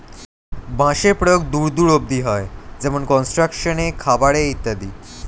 বাঁশের প্রয়োগ দূর দূর অব্দি হয়, যেমন কনস্ট্রাকশন এ, খাবার এ ইত্যাদি